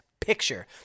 picture